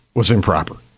was improper.